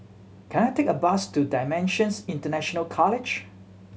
can I take a bus to Dimensions International College